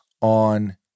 on